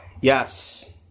Yes